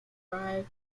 arrive